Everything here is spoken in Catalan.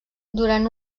durant